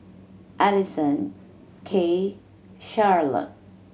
Alyson Kaye Charolette